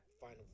final